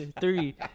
Three